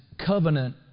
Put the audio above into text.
covenant